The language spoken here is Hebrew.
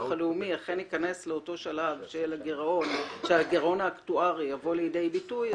הלאומי ייכנס לשלב שבו הגירעון האקטוארי יבוא לידי ביטוי,